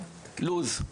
לו"ז.